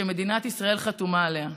שמדינת ישראל חתומה עליה,